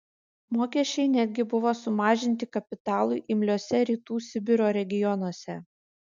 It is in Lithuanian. mokesčiai netgi buvo sumažinti kapitalui imliuose rytų sibiro regionuose